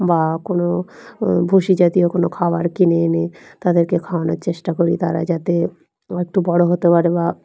বা কোনো ভুসি জাতীয় কোনো খাবার কিনে এনে তাদেরকে খাওয়ানোর চেষ্টা করি তারা যাতে একটু বড়ো হতে পারে বা